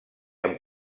amb